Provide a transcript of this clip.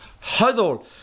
huddle